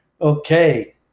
Okay